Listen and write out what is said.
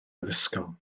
addysgol